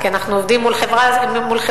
כי אנחנו עובדים מול חברה ממדינה,